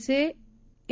चे ए